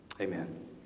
Amen